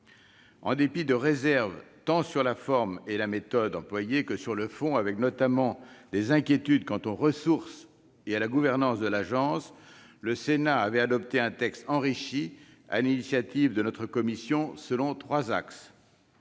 En dépit de réserves tant sur la forme et la méthode employée que sur le fond, tenant notamment à des inquiétudes quant aux ressources et à la gouvernance de l'agence, le Sénat avait adopté un texte enrichi sur l'initiative de notre commission selon trois axes